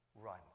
runs